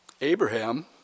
Abraham